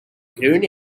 green